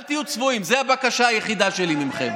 אל תהיו צבועים, זו הבקשה היחידה שלי מכם.